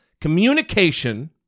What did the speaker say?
communication